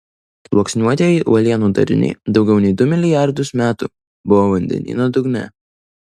sluoksniuotieji uolienų dariniai daugiau nei du milijardus metų buvo vandenyno dugne